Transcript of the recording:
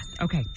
okay